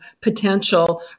potential